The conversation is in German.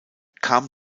kam